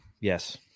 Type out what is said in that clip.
yes